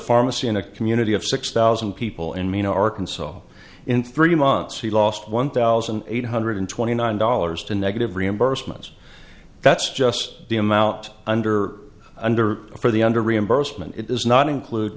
pharmacy in a community of six thousand people in mena arkansas in three months the last one thousand eight hundred twenty nine dollars to negative reimbursements that's just the amount under under for the under reimbursement it does not include